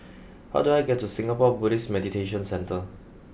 how do I get to Singapore Buddhist Meditation Centre